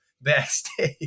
Backstage